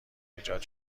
ایجاد